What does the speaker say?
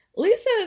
Lisa